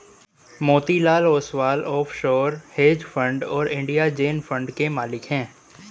Motilal Oswal offshore hedge fund और India जेन fund के मालिक हैं